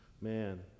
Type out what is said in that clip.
Man